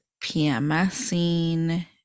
pmsing